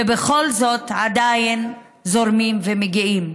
ובכל זאת עדיין זורמים ומגיעים.